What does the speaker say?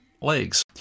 legs